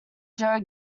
joe